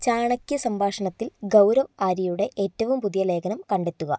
ചാണക്യ സംഭാഷണത്തിൽ ഗൗരവ് ആര്യയുടെ ഏറ്റവും പുതിയ ലേഖനം കണ്ടെത്തുക